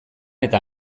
eta